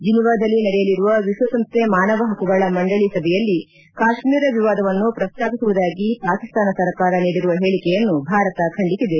ಜಿನಿವಾದಲ್ಲಿ ನಡೆಯಲಿರುವ ವಿಶ್ವಸಂಸ್ಥೆ ಮಾನವ ಹಕ್ಕುಗಳ ಮಂಡಳಿ ಸಭೆಯಲ್ಲಿ ಕಾಶ್ಮೀರ ವಿವಾದವನ್ನು ಪ್ರಸ್ತಾಪಿಸುವುದಾಗಿ ಪಾಕಿಸ್ತಾನ ಸರ್ಕಾರ ನೀಡಿರುವ ಹೇಳಕೆಯನ್ನು ಭಾರತ ಖಂಡಿಸಿದೆ